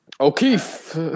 O'Keefe